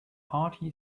hearty